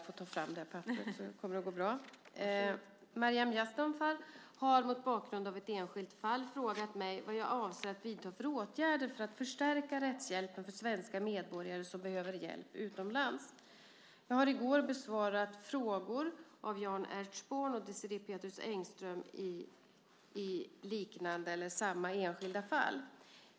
Fru talman! Maryam Yazdanfar har - mot bakgrund av ett enskilt fall - frågat mig vad jag avser att vidta för åtgärder för att förstärka rättshjälpen för svenska medborgare som behöver hjälp utomlands. Jag har i går besvarat frågorna 2006 07:164 av Désirée Pethrus Engström i liknande eller samma enskilda fall.